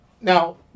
now